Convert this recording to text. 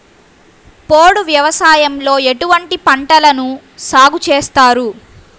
పోడు వ్యవసాయంలో ఎటువంటి పంటలను సాగుచేస్తారు?